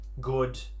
good